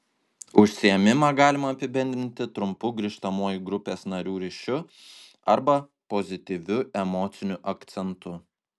užsiėmimą galima apibendrinti trumpu grįžtamuoju grupės narių ryšiu arba pozityviu emociniu akcentu